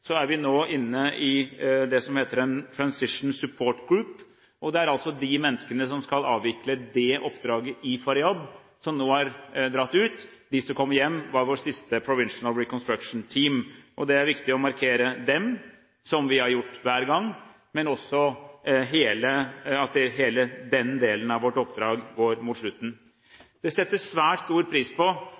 er vi nå inne med det som heter Transition Support Group, og det er de menneskene som skal avvikle det oppdraget i Faryab, som nå har reist ut. De som kommer hjem, var vår siste Provincial Reconstruction Team, og det er viktig å markere dem – som vi har gjort hver gang – men også at hele den delen av vårt oppdrag går mot slutten. Det settes svært stor pris på